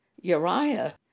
Uriah